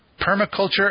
Permaculture